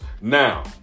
Now